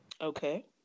Okay